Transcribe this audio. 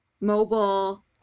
mobile